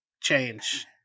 change